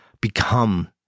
become